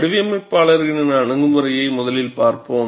வடிவமைப்பாளர்களின் அணுகுமுறையை முதலில் பார்ப்போம்